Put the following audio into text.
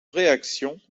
réaction